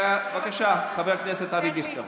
בבקשה, חבר הכנסת דיכטר.